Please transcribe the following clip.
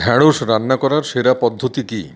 ঢ্যাঁড়স রান্না করার সেরা পদ্ধতি কী